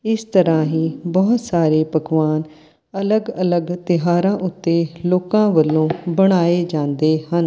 ਇਸ ਤਰ੍ਹਾਂ ਹੀ ਬਹੁਤ ਸਾਰੇ ਪਕਵਾਨ ਅਲੱਗ ਅਲੱਗ ਤਿਉਹਾਰਾਂ ਉੱਤੇ ਲੋਕਾਂ ਵੱਲੋਂ ਬਣਾਏ ਜਾਂਦੇ ਹਨ